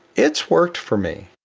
it's worked for me.